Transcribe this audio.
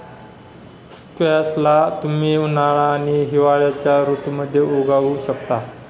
squash ला तुम्ही उन्हाळा आणि हिवाळ्याच्या ऋतूमध्ये उगवु शकता